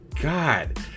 god